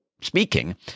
speaking